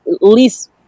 least